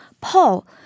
Paul